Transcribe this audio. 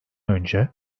önce